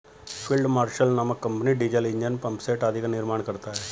field marshal नामक company diesel engine, pumpset आदि का निर्माण करता है